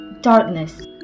darkness